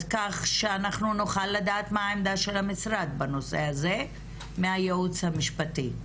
אז כך שאנחנו נוכל לדעת מה העמדה של המשרד בנושא הזה מהייעוץ המשפטי.